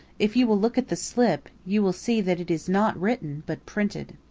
if you will look at the slip, you will see that it is not written but printed.